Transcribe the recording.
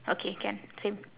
okay can same